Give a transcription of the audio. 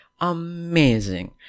Amazing